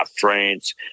France